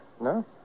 No